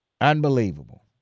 Unbelievable